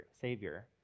Savior